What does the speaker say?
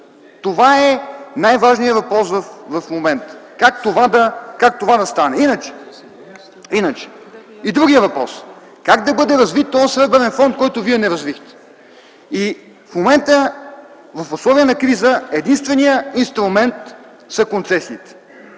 Това е най-важният въпрос в момента: как това да стане? Другият въпрос: как да бъде развит този Сребърен фонд, който вие не развихте? В момента, в условия на криза, единственият инструмент са концесиите.